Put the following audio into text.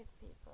people